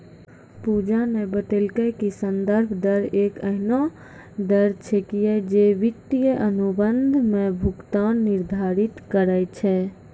पूजा न बतेलकै कि संदर्भ दर एक एहनो दर छेकियै जे वित्तीय अनुबंध म भुगतान निर्धारित करय छै